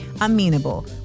Amenable